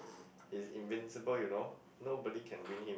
he's invincible you know nobody can win him